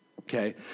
Okay